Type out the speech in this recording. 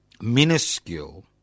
minuscule